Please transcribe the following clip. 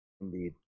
Indeed